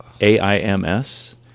A-I-M-S